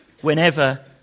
whenever